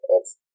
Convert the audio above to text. It's-